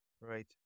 Right